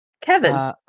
Kevin